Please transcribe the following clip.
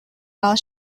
while